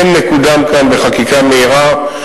כן מקודם כאן בחקיקה מהירה,